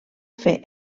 fer